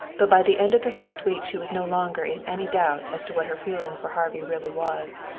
though by the end of the first week she was no longer in any doubt as to what her feeling for harvey really was.